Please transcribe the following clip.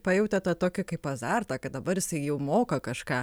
pajautė tą tokį kaip azartą kad dabar jisai jau moka kažką